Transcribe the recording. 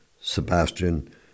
Sebastian